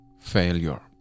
failure